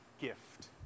gift